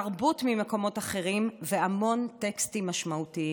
תרבות ממקומות אחרים והמון טקסטים משמעותיים,